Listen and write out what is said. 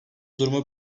durumu